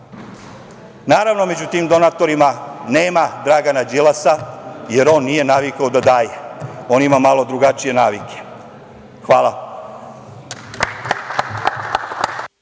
Naravno, među tim donatorima nema Dragana Đilasa, jer nije navikao da daje. On ima malo drugačije navike. Hvala.